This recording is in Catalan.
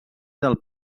del